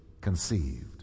conceived